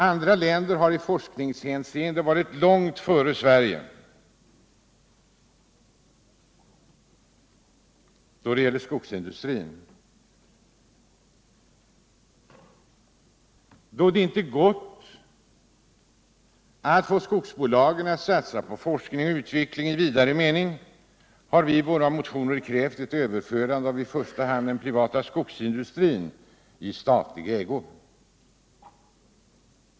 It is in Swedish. Andra länder har i forskningshänseende varit långt före Sverige då det gäller skogsindustrin. Då det inte gått att få skogsbolagen att satsa på forskning och utveckling i vidare mening, har vi i våra motioner krävt ett överförande av i första hand den privata skogsindustrin i statlig ägo.